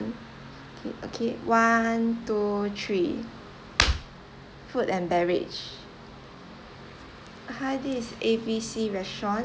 okay okay one two three food and beverage hi this is A_B_C restaurant